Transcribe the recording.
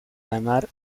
ganar